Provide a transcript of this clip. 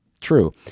true